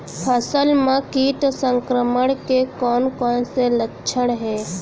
फसल म किट संक्रमण के कोन कोन से लक्षण हे?